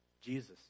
Jesus